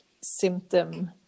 symptom